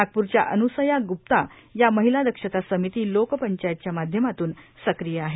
नागपूरच्या अनुसया गुप्ता या महिला दक्षता समिती लोकपंचायतच्या माध्यमातून सक्रिय आहेत